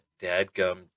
dadgum